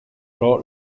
pro